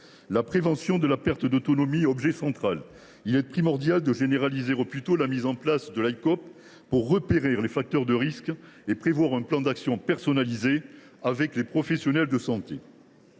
La prévention de la perte d’autonomie est un volet central. Il est primordial de généraliser au plus tôt la mise en place de l’Icope pour repérer les facteurs de risque et prévoir un plan d’action personnalisé avec les professionnels de santé.